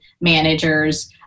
managers